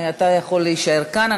אתה יכול להישאר כאן.